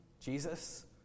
Jesus